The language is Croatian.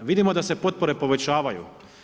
Vidimo da se potpore povećavaju.